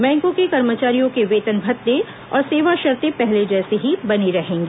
बैंकों के कर्मचारियों के वेतन भत्ते और सेवा शर्ते पहले जैसी ही बनी रहेंगी